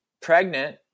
pregnant